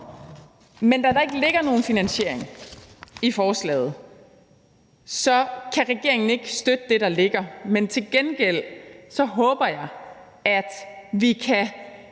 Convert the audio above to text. Men da der ikke ligger nogen finansiering i forslaget, kan regeringen ikke støtte det, der ligger, men til gengæld håber jeg, at vi kan